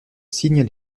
signent